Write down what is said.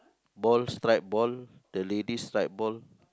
ball stripe ball the lady stripe ball